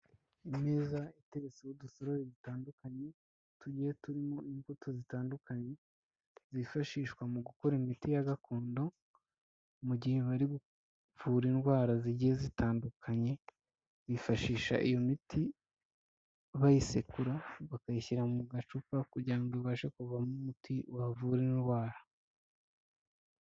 Ineza itegetse udusoro dutandukanye tugiye turimo imbuto zitandukanye zifashishwa mu gukora imiti ya gakondo mu gihe bari kuvura indwara zigiye zitandukanye bifashisha iyo miti. Barayisekura bakayishyira mu gacupa kugira ngo ibashe kuvamo umuti wavura indwara